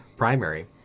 Primary